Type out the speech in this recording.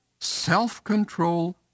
self-control